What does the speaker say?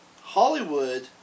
Hollywood